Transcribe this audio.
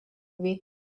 movie